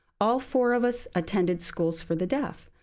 all four of us attended schools for the deaf.